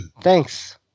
Thanks